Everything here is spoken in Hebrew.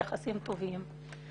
יחסים טובים.